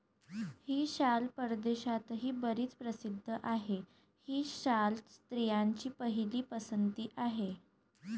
ही शाल परदेशातही बरीच प्रसिद्ध आहे, ही शाल स्त्रियांची पहिली पसंती आहे